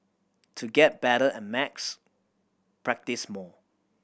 to get better at maths practise more